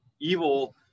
evil